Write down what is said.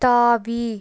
தாவி